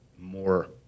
more